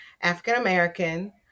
African-American